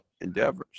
endeavors